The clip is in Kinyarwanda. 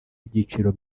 ibyiciro